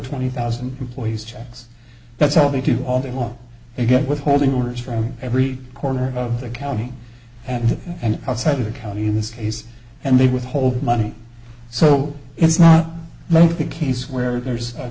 twenty thousand employees checks that's all they do all day long they get withholding orders from every corner of the county and and outside of the county in this case and they withhold money so it's not make the case where there's a